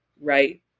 right